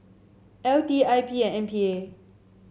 L T I P and M P A